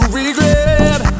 regret